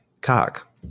cock